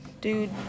dude